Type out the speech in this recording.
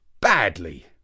badly